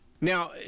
now